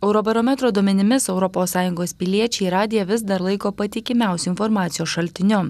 eurobarometro duomenimis europos sąjungos piliečiai radiją vis dar laiko patikimiausiu informacijos šaltiniu